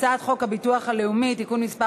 הצעת חוק הביטוח הלאומי (תיקון מס'